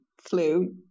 flu